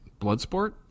Bloodsport